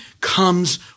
comes